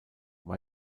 war